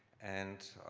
and